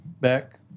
back